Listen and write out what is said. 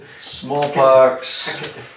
Smallpox